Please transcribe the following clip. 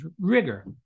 rigor